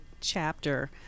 chapter